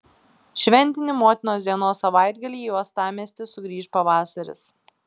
šventinį motinos dienos savaitgalį į uostamiestį sugrįš pavasaris